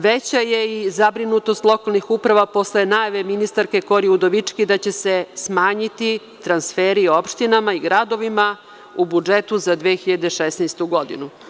Veća je i zabrinutost lokalnih uprava posle najave ministarke Kori Udovički da će se smanjiti transferi opštinama i gradovima u budžetu za 2016. godinu.